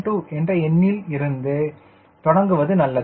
2 என்ற எண்ணில் இருந்து தொடங்குவது நல்லது